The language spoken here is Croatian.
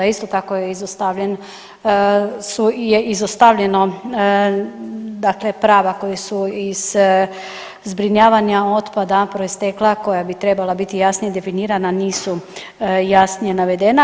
Isto tako je izostavljeno, dakle prava koja su iz zbrinjavanja otpada proistekla, koja bi trebala biti jasnije definirana nisu jasnije navedena.